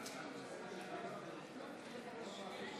נגד הצעת החוק,